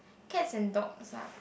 cats and dogs are